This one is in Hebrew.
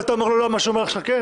ואתה אומר לא על מה שהוא אומר לך כן?